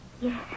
Yes